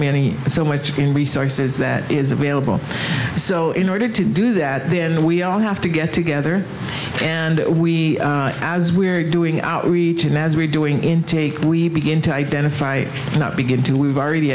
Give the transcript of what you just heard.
many so much in resources that is available so in order to do that then we all have to get together and we as we are doing outreach and as we are doing intake we begin to identify not begin to we've already